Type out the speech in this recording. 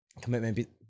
commitment